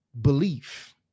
belief